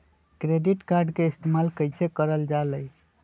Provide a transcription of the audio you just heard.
Credit card के इस्तेमाल कईसे करल जा लई?